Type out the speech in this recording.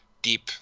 deep